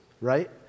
right